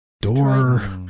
Door